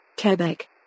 Quebec